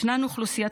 ישנן אוכלוסיית,